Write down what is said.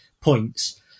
points